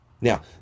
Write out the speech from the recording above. Now